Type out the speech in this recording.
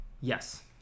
Yes